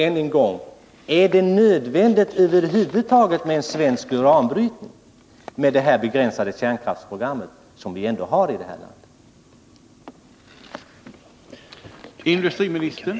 Än en gång: Är det över huvud taget nödvändigt med en svensk uranbrytning med tanke på det begränsade kärnkraftsprogram som vi ändå har här i landet?